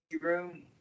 room